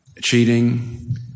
cheating